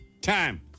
time